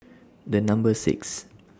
The Number six